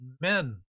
men